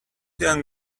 young